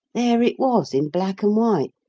there it was in black and white,